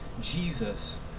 Jesus